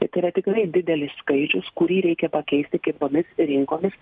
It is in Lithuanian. ir tai yra tikrai didelis skaičius kurį reikia pakeisti kitomis rinkomis